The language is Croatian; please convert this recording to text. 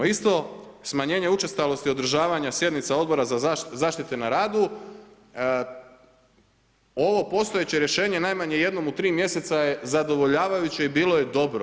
Isto smanjenje učestalosti održavanja sjednica Odbora za zaštitu na radu, ovo postojeće rješenje najmanje jednom u 3 mjeseca je zadovoljavajuće i bilo je dobro.